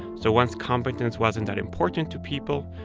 so once competence wasn't that important to people,